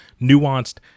nuanced